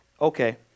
Okay